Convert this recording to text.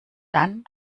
dann